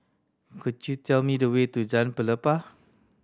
could you tell me the way to Jalan Pelepah